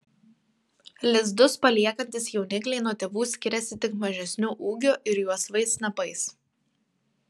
lizdus paliekantys jaunikliai nuo tėvų skiriasi tik mažesniu ūgiu ir juosvais snapais